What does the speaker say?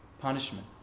punishment